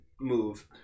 move